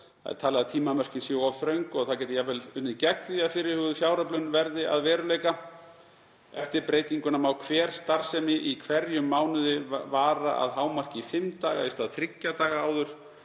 Talið er að tímamörkin séu of þröng og það geti jafnvel unnið gegn því að fyrirhuguð fjáröflun verði að veruleika. Eftir breytinguna má hver starfsemi í hverjum mánuði vara að hámarki í fimm daga í stað þriggja daga áður.